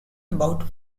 about